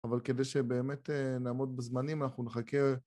אבל כדי שבאמת נעמוד בזמנים אנחנו נחכה...